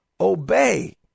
Obey